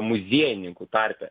muziejininkų tarpe